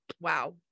wow